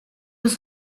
was